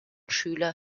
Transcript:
schüler